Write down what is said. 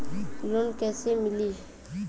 Loan कइसे मिलि?